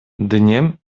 dniem